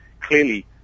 clearly